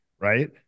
right